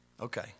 Okay